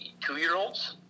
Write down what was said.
two-year-olds